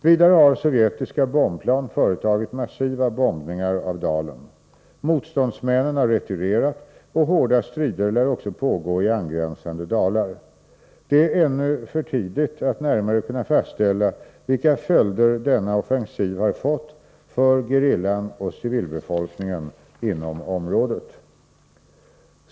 Vidare har sovjetiska bombplan företagit massiva bombningar av dalen. Motståndsmännen har retirerat, och hårda strider lär också pågå i angränsande dalar. Det är ännu för tidigt att närmare kunna fastställa vilka följder denna offensiv har fått för gerillan och civilbefolkningen i området.